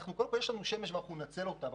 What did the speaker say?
אנחנו ננצל אותה,